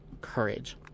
courage